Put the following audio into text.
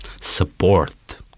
support